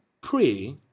pray